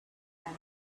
and